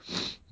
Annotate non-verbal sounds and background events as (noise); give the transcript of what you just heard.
(noise)